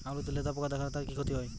আলুতে লেদা পোকা দেখালে তার কি ক্ষতি হয়?